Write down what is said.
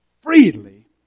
freely